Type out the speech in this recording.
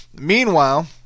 Meanwhile